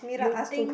you think